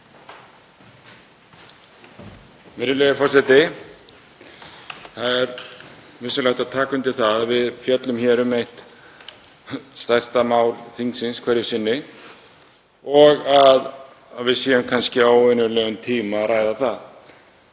Virðulegur forseti. Það er vissulega hægt að taka undir það að við fjöllum hér um eitt stærsta mál þingsins hverju sinni og að við séum kannski að ræða það